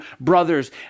brothers